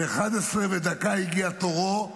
ב-23:01 הגיע תורו,